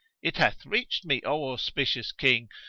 it hath reached me, o auspicious king,